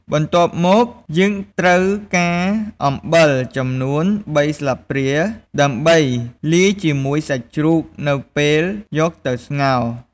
បន្ទាប់មក យើងត្រូវការអំបិល ចំនួនបីស្លាបព្រា ដើម្បីលាយជាមួយសាច់ជ្រូកនៅពេលយកទៅស្ងោរ។